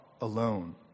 alone